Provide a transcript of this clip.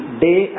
day